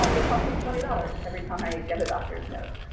um it costs me twenty dollars every time i get a doctor's note.